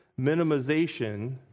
minimization